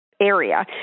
area